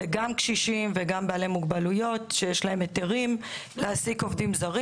אלה גם קשישים וגם בעלי מוגבלויות שיש להם היתרים להעסיק עובדים זרים